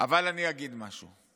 אבל אני אגיד משהו.